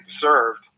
served